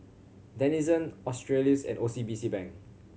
Denizen Australis and O C B C Bank